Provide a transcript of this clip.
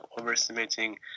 overestimating